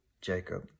Jacob